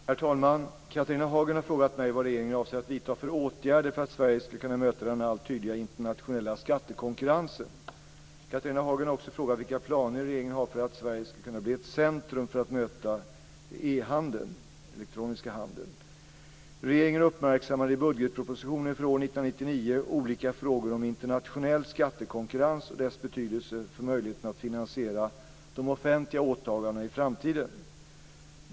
Herr talman! Catharina Hagen har frågat mig vad regeringen avser vidta för åtgärder för att Sverige ska kunna möta den allt tydligare internationella skattekonkurrensen. Catharina Hagen har också frågat vilka planer regeringen har för att Sverige ska kunna bli ett centrum för att möta e-handeln - den elektroniska handeln. Regeringen uppmärksammade i budgetpropositionen för år 1999 olika frågor om internationell skattekonkurrens och dess betydelse för möjligheten att finansiera de offentliga åtagandena i framtiden.